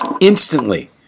instantly –